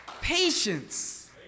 patience